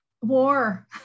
war